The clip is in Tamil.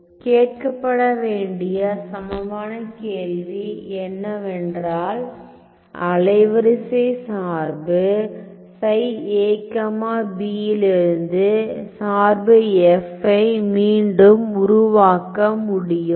கேட்கப்பட வேண்டிய சமமான கேள்வி என்னவென்றால் அலைவரிசை சார்பு லிருந்து சார்பு f ஐ மீண்டும் உருவாக்க முடியுமா